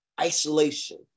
isolation